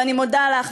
ואני מודה לך,